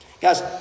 Guys